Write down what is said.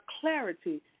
clarity